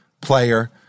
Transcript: player